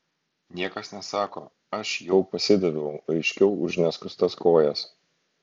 niekas nesako aš jau pasidaviau aiškiau už neskustas kojas